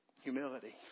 humility